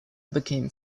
became